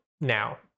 now